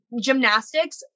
gymnastics